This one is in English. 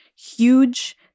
Huge